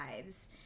lives